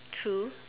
true